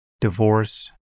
divorce